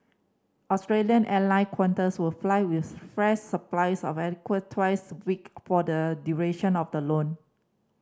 Australian airline Qantas will fly with fresh supplies of twice a week for the duration of the loan